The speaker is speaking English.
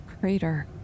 crater